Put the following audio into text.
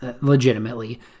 legitimately